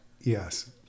Yes